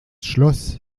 schloss